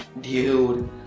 Dude